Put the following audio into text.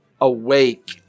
awake